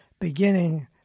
beginning